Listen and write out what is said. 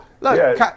look